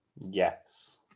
Yes